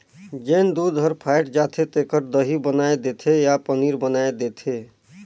जेन दूद हर फ़ायट जाथे तेखर दही बनाय देथे या पनीर बनाय देथे